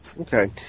Okay